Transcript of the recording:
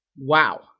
Wow